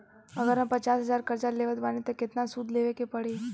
अगर हम पचास हज़ार कर्जा लेवत बानी त केतना सूद देवे के पड़ी?